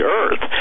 earth